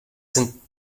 sind